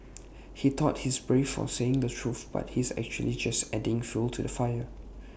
he thought he's brave for saying the truth but he's actually just adding fuel to the fire